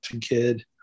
kid